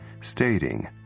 stating